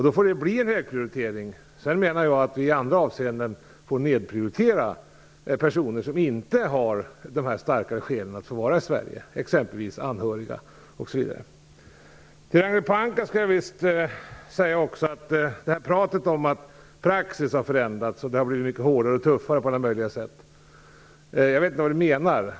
Då får det bli en högprioritering. Sedan menar jag att vi i andra avseenden får nedprioritera personer som inte har starka skäl att stanna i Sverige, exempelvis anhöriga. Till Ragnhild Pohanka vill jag säga något om det här pratet om att praxis har förändrats och att det har blivit hårdare och tuffare på alla möjliga sätt. Jag vet inte vad Ragnhild Pohanka menar.